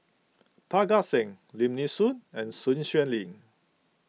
Parga Singh Lim Nee Soon and Sun Xueling